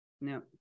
no